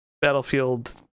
Battlefield